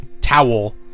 towel